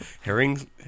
Herring